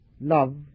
love